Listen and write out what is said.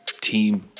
team